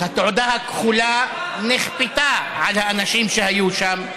התעודה הכחולה, נכפתה על האנשים שהיו שם,